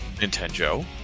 Nintendo